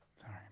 sorry